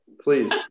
please